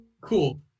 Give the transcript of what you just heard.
cool